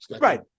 Right